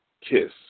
kiss